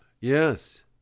Yes